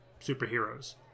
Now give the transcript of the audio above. superheroes